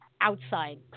outside